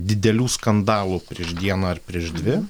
didelių skandalų prieš dieną ar prieš dvi